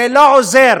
זה לא עוזר,